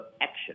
action